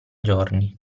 giorni